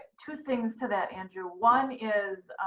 two things to that, andrew. one is